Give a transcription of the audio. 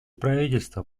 правительства